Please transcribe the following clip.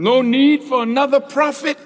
no need for another profit